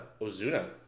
Ozuna